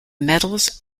medals